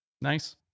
Nice